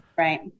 Right